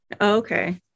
Okay